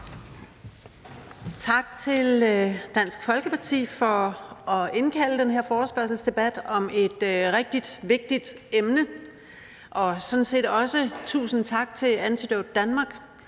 tak til Dansk Folkeparti for at indkalde til den her forespørgselsdebat om et rigtig vigtigt emne – og sådan set også tusind tak til Antidote Danmark,